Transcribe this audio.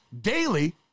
Daily